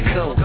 go